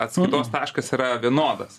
atskaitos taškas yra vienodas